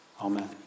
Amen